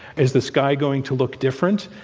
is the sky going to look different?